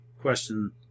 question